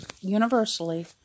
universally